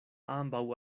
ambaŭ